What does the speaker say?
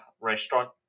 restaurant